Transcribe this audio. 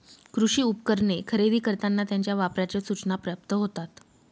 कृषी उपकरणे खरेदी करताना त्यांच्या वापराच्या सूचना प्राप्त होतात